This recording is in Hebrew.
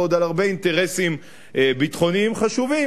ועוד על הרבה אינטרסים ביטחוניים חשובים,